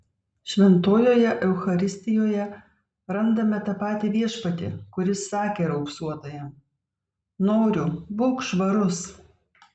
šventojoje eucharistijoje randame tą patį viešpatį kuris sakė raupsuotajam noriu būk švarus